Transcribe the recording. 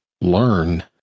learn